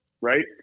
right